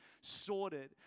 sorted